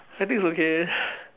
I think it's okay